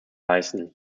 leisten